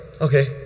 okay